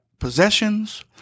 possessions